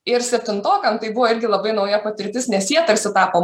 ir septintokams tai buvo irgi labai nauja patirtis nes jie tarsi tapo